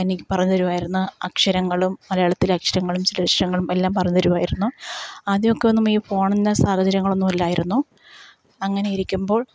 എനിക്കു പറഞ്ഞു തരുവായിരുന്നു അക്ഷരങ്ങളും മലയാളത്തിലെ അക്ഷരങ്ങളും ചില്ലക്ഷരങ്ങളും എല്ലാം പറഞ്ഞു തരുമായിരുന്നു ആദ്യമൊക്കെ ഒന്നുമേ ഈ ഫോൺ എന്ന സാഹചര്യങ്ങളൊന്നും ഇല്ലായിരുന്നു അങ്ങനെയിരിക്കുമ്പോള്